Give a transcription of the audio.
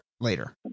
later